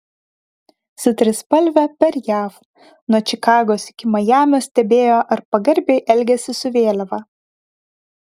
su trispalve per jav nuo čikagos iki majamio stebėjo ar pagarbiai elgiasi su vėliava